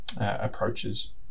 approaches